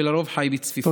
שלרוב חי בצפיפות.